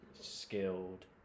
skilled